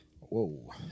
Whoa